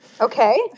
Okay